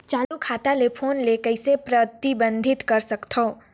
चालू खाता ले फोन ले कइसे प्रतिबंधित कर सकथव?